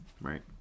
Right